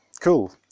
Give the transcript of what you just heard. Cool